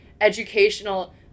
educational